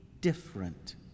different